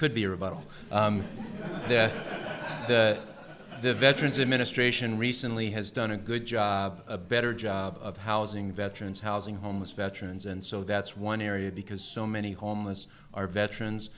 could be a rebuttal to the veterans administration recently has done a good job a better job of housing veterans housing homeless veterans and so that's one area because so many homeless are veterans